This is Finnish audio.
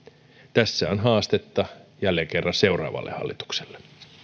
tässä on haastetta jälleen kerran seuraavalle hallitukselle